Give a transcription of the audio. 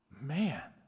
man